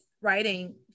writing